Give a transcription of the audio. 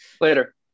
later